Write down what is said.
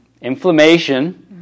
Inflammation